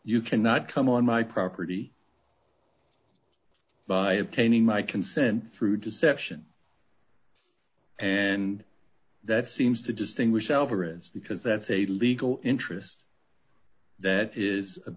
you cannot come on my property by obtaining my consent through deception and that seems to distinguish alvarez because that's a legal interest that is